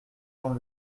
jean